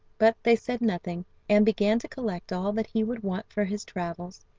but they said nothing, and began to collect all that he would want for his travels,